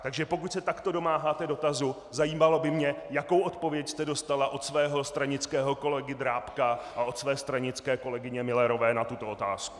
Takže pokud se takto domáháte dotazu, zajímalo by mě, jakou odpověď jste na tuto otázku dostala od svého stranického kolegy Drábka a od své stranické kolegyně Müllerové na tuto otázku.